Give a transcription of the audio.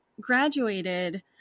graduated